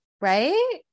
right